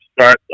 start